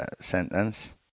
sentence